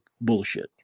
bullshit